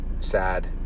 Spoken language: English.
sad